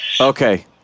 Okay